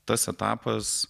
tas etapas